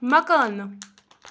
مکانہٕ